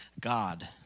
God